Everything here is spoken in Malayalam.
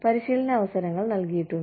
പരിശീലന അവസരങ്ങൾ നൽകിയിട്ടുണ്ട്